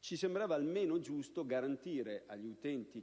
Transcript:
ci sembrava giusto garantire ai pazienti